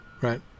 right